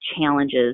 challenges